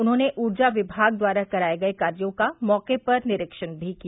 उन्होंने ऊर्जा विभाग द्वारा कराये गये कार्यो का मौके पर निरीक्षण भी किया